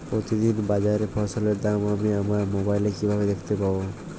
প্রতিদিন বাজারে ফসলের দাম আমি আমার মোবাইলে কিভাবে দেখতে পাব?